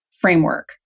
framework